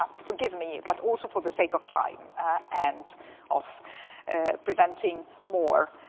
um forgive me, but also for the sake of time and of presenting more